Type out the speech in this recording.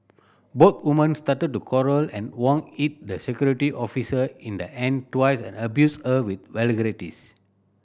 both woman started to quarrel and Wang hit the security officer in the hand twice and abused her with vulgarities